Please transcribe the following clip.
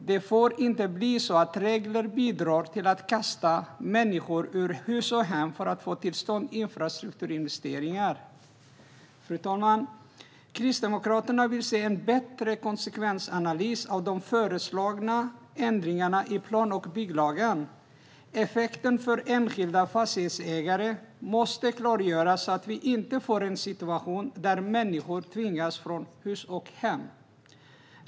Det får inte bli så att regler bidrar till att kasta människor ur hus och hem för att få till stånd infrastrukturinvesteringar. Fru talman! Kristdemokraterna vill se en bättre konsekvensanalys av de föreslagna ändringarna i plan och bygglagen. Effekten för enskilda fastighetsägare måste klargöras, så att vi inte får en situation där människor tvingas från hus och hem.